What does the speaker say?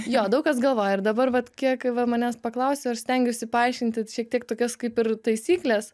jo daug kas galvoja ir dabar vat kiek va manęs paklausia aš stengiuosi paaiškinti šiek tiek tokias kaip ir taisykles